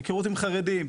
היכרות עם חרדים,